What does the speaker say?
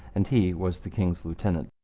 and he was the king's lieutenant.